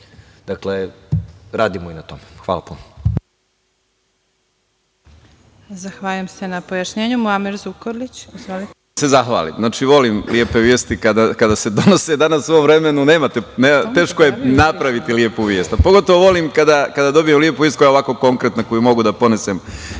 Dakle, radimo i na tome. Hvala.